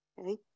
Okay